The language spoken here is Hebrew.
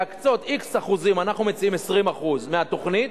להקצות x אחוזים, אנחנו מציעים 20% מהתוכנית,